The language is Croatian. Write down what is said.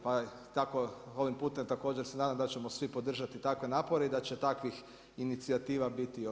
Pa tako ovim putem također se nadam da ćemo svi podržati takve napore i da će takvih inicijativa biti još više.